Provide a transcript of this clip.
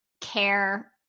care